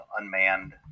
unmanned